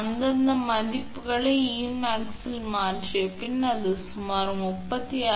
அந்தந்த மதிப்புகளை 𝐸𝑚𝑎𝑥 இல் மாற்றிய பின் அது சுமார் 38